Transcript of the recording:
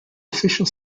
official